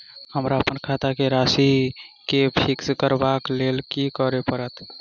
हमरा अप्पन खाता केँ राशि कऽ फिक्स करबाक लेल की करऽ पड़त?